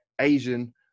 Asian